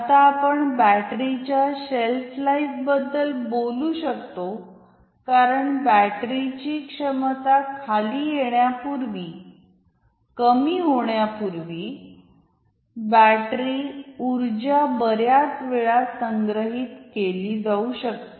आता आपण बॅटरीच्या शेल्फ लाइफ बोलू शकतो कारण बॅटरीची क्षमता खाली येण्यापूर्वी कमी होण्यापूर्वी बॅटरीउर्जा बर्याच वेळ संग्रहित केली जाऊ शकते